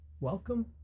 Welcome